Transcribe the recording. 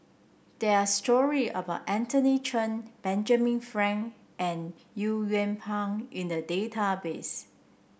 there are story about Anthony Chen Benjamin Frank and Au Yue Pak in the database